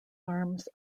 arms